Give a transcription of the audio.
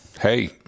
Hey